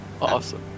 Awesome